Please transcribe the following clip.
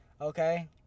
okay